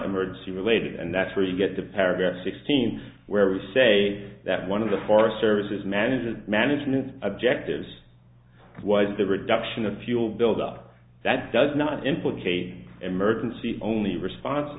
emergency related and that's where you get to paragraph sixteen where we say that one of the forest services management management objectives was the reduction of fuel buildup that does not implicate emergency only response